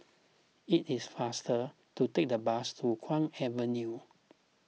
it is faster to take the bus to Kwong Avenue